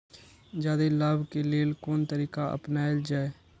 जादे लाभ के लेल कोन तरीका अपनायल जाय?